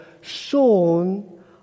shown